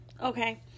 okay